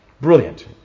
Brilliant